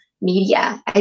media